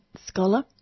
scholar